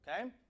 okay